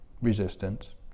resistance